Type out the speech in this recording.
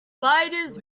spiders